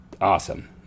awesome